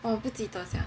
oh 不记得 sia